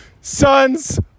son's